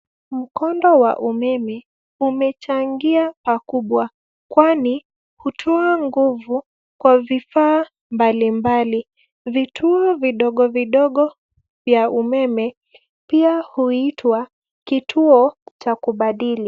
Mkondo wa umeme umechangia pakubwa kwani hutoa nguvu kwa vifaa mbalimbali. Vituo vidogo vidogo vya umeme pia huitwa kituo cha kubadili.